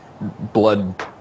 blood